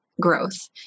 growth